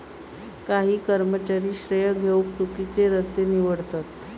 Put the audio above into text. काही कर्मचारी श्रेय घेउक चुकिचे रस्ते निवडतत